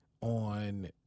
on